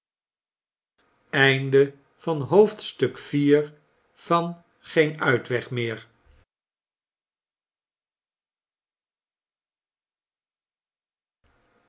einde van geen uitweg meer